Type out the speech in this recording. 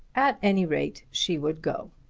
at any rate she would go.